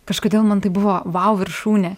kažkodėl man tai buvo vau viršūnė